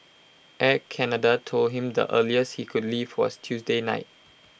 Air Canada told him the earliest he could leave was Tuesday night